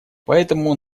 поэтому